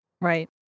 Right